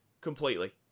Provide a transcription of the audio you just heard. Completely